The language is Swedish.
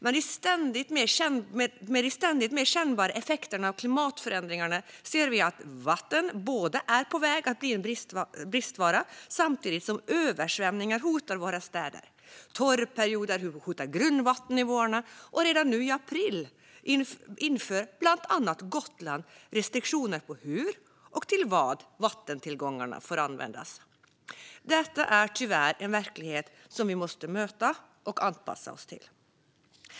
Med de ständigt mer kännbara effekterna av klimatförändringarna ser vi att vatten är på väg att bli en bristvara samtidigt som översvämningar hotar våra städer. Torrperioder hotar grundvattennivåerna, och redan nu i april inför bland annat Gotland restriktioner för hur och till vad vattentillgångarna får användas. Detta är tyvärr en verklighet som vi måste möta och anpassa oss till.